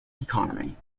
economy